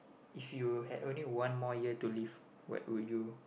if you had only one more year to live what would you